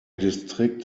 distrikt